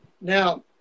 Now